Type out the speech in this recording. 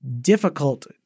difficult